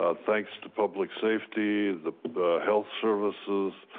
ah thanks to public safety, the health services,